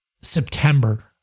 September